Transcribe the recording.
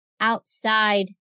outside